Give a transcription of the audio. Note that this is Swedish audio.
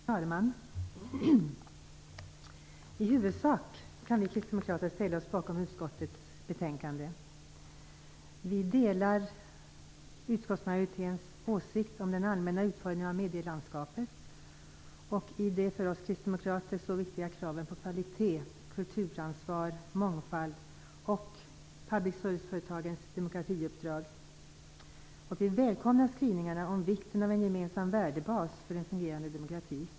Fru talman! I huvudsak kan vi kristdemokrater ställa oss bakom hemställan i utskottets betänkande. Vi delar utskottsmajoritetens åsikt om den allmänna utformningen av medielandskapet och om de för oss kristdemokrater så viktiga kraven på kvalitet, kulturansvar, mångfald och public service-företagens demokratiuppdrag. Vi välkomnar skrivningarna om vikten av en gemensam värdebas för en fungerande demokrati.